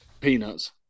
peanuts